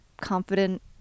confident